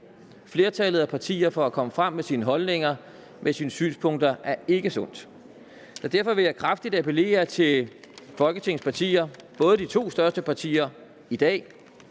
flertallet af partier fra at komme frem med deres holdninger, med deres synspunkter, er ikke sundt. Så derfor vil jeg kraftigt appellere til Folketingets partier, både til de to største partier i dag,